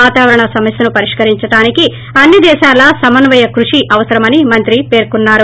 వాతావరణ సమస్వను పరిష్కరించడానికి అన్ని దేశాల సమన్వయ క్పషి అవసరమని మంత్రి పేర్కొన్నారు